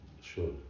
Sure